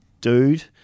dude